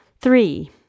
Three